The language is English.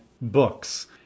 books